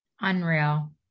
Unreal